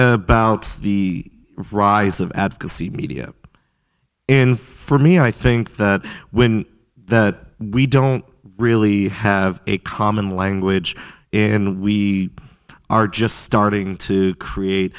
about the rise of advocacy media in for me i think that when that we don't really have a common language in we are just starting to create